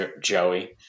Joey